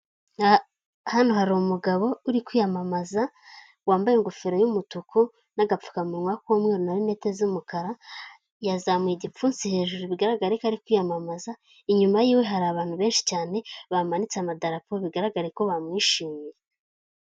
Hano hari umugabo uri kwiyamamaza wambaye ingofero y'umutuku n'agapfukamunwa k'umweru na linete z'umukara. Yazamuye igipfunsi hejuru bigaragare ko ari kwiyamamaza inyuma yiwe hari abantu benshi cyane bamanitse amadarapo bigaragara ko bamwishimiye.